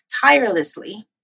tirelessly